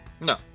No